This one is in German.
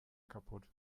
kaputt